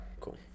cool